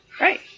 right